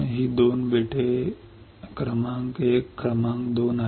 ही 2 बेटे बेट क्रमांक 1 आणि बेट क्रमांक 2 आहेत